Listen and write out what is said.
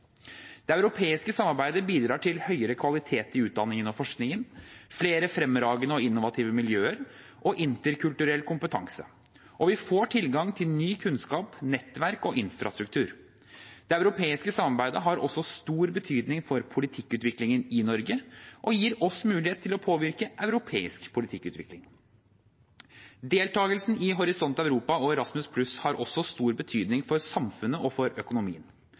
Det europeiske samarbeidet bidrar til høyere kvalitet i utdanning og forskning, flere fremragende og innovative miljøer og interkulturell kompetanse, og vi får tilgang til ny kunnskap, nettverk og infrastruktur. Det europeiske samarbeidet har også stor betydning for politikkutviklingen i Norge og gir oss mulighet til å påvirke europeisk politikkutvikling. Deltakelsen i Horisont Europa og Erasmus+ har også stor betydning for samfunnet og økonomien.